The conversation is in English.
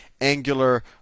angular